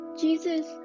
jesus